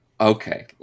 Okay